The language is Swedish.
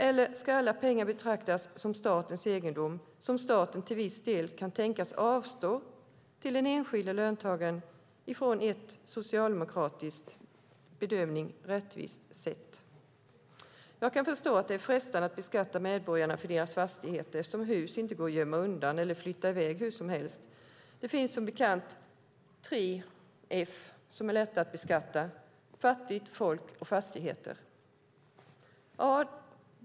Eller ska alla pengar betraktas som statens egendom och som staten till viss del kan tänkas avstå till den enskilde löntagaren på ett enligt socialdemokratisk bedömning rättvist sätt? Jag kan förstå att det är frestande att beskatta medborgarna för deras fastigheter eftersom hus inte går att gömma undan eller flytta i väg hur som helst. Det finns som bekant tre F som är lätta att beskatta, nämligen fattigt folk och fastigheter.